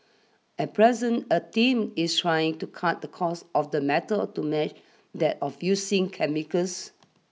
at present a team is trying to cut the cost of the metal to match that of using chemicals